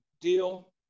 deal